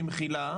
במחילה,